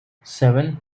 seven